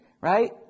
right